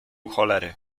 cholery